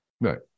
Right